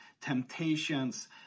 temptations